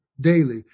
daily